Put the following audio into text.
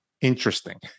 interesting